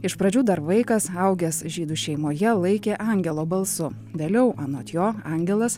iš pradžių dar vaikas augęs žydų šeimoje laikė angelo balsu vėliau anot jo angelas